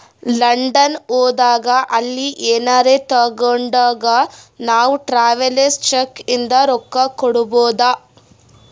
London ಹೋದಾಗ ಅಲ್ಲಿ ಏನರೆ ತಾಗೊಂಡಾಗ್ ನಾವ್ ಟ್ರಾವೆಲರ್ಸ್ ಚೆಕ್ ಇಂದ ರೊಕ್ಕಾ ಕೊಡ್ಬೋದ್